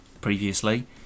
previously